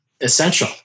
essential